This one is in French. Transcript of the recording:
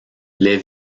les